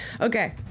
Okay